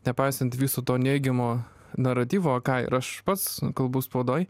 nepaisant viso to neigiamo naratyvo ką ir aš pats kalbu spaudoj